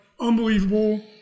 unbelievable